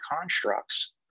constructs